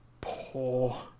poor